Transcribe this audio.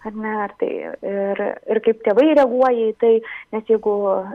ar ne ar tai ir ir kaip tėvai reaguoja į tai net jeigu